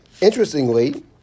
Interestingly